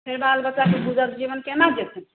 से बाल बच्चाके जीवन गुजर कोना जेतै